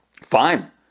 Fine